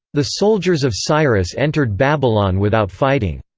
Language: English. the soldiers of cyrus entered babylon without fighting.